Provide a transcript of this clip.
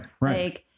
right